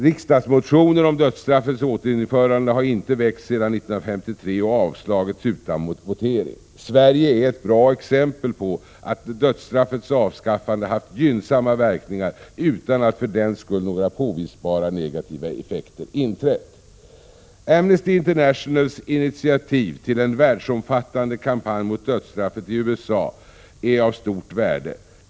Riksdagsmotioner om dödsstraffets återinförande har inte väckts sedan 1953 och i samband därmed avslagits utan votering. Sverige är ett bra exempel på att dödsstraffets avskaffande haft gynnsamma verkningar utan att för den skull några påvisbara negativa effekter inträtt. Amnesty Internationals initiativ till en världsomfattande kampanj mot dödsstraffet i USA är av stort värde.